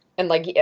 and like, yeah